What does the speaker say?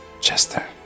Chester